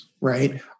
right